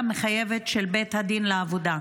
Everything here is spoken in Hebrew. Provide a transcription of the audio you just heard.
מחייבת של בית הדין לעבודה.